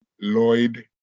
Lloyd